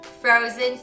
Frozen